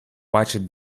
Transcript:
бачить